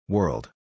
World